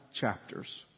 chapters